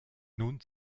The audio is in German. nun